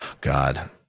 god